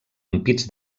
ampits